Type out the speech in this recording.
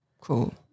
cool